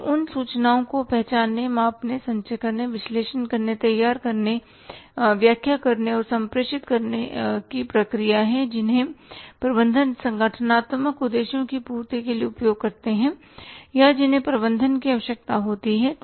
यह उन सूचनाओं को पहचानने मापने संचय करने विश्लेषण करने तैयार करने व्याख्या करने और संप्रेषित करने की प्रक्रिया है जिन्हें प्रबंधक संगठनात्मक उद्देश्यों की पूर्ति के लिए उपयोग करते हैं या जिन्हें प्रबंधक की आवश्यकता होती है